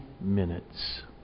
minutes